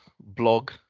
blog